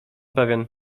pewien